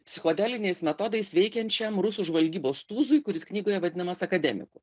psichodeliniais metodais veikiančiam rusų žvalgybos tūzui kuris knygoje vadinamas akademiku